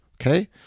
Okay